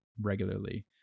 regularly